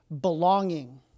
belonging